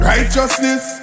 Righteousness